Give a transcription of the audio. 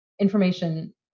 information